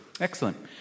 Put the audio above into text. Excellent